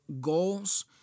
goals